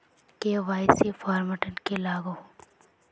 KYC format की लागोहो?